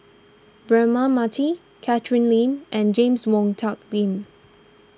Braema Mathi Catherine Lim and James Wong Tuck Yim